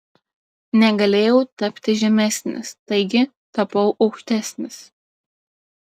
negalėjau tapti žemesnis taigi tapau aukštesnis